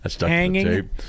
hanging